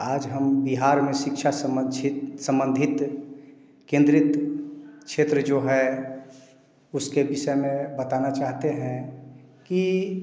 आज हम बिहार में शिक्षा समाछित सम्बंधित केन्द्रित क्षेत्र जो है उसके विषय में बताना चाहते हैं कि